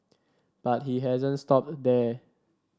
but he hasn't stopped there